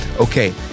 Okay